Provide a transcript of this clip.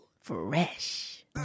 Fresh